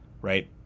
right